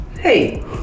Hey